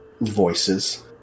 voices